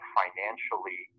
financially